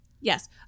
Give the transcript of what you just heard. Yes